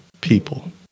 people